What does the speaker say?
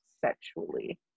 sexually